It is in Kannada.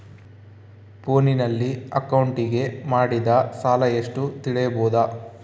ಫೋನಿನಲ್ಲಿ ಅಕೌಂಟಿಗೆ ಮಾಡಿದ ಸಾಲ ಎಷ್ಟು ತಿಳೇಬೋದ?